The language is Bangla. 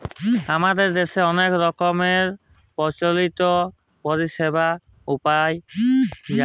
আমাদের দ্যাশের অলেক রকমের পলিচি পরিছেবা পাউয়া যায়